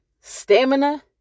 stamina